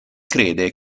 crede